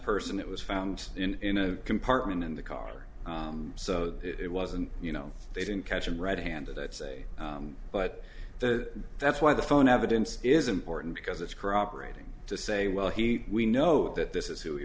person it was found in a compartment in the car so it wasn't you know they didn't catch him red handed i'd say but that that's why the phone evidence is important because it's corroborating to say well he we know that this is who he